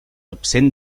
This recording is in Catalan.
absent